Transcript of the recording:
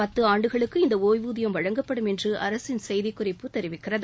பத்து ஆண்டுகளுக்கு இந்த ஓய்வூதியம் வழங்கப்படும் என்று அரசின் செய்திக்குறிப்பு கூறுகிறது